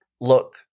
look